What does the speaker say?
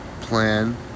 plan